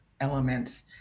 elements